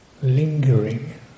Lingering